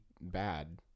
bad